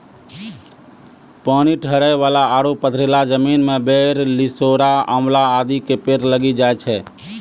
पानी ठहरै वाला आरो पथरीला जमीन मॅ बेर, लिसोड़ा, आंवला आदि के पेड़ लागी जाय छै